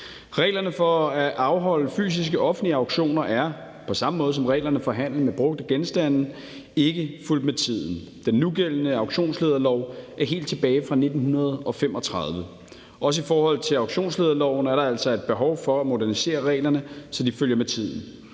Reglerne for at afholde fysiske offentlige auktioner er, på samme måde som reglerne for handel med brugte genstande, ikke fulgt med tiden. Den nugældende auktionslederlov er helt tilbage fra 1935. Også i forhold til auktionslederloven er der altså et behov for at modernisere reglerne, så de følger med tiden.